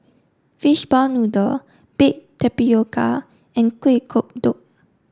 fishball noodle baked tapioca and Kueh Kodok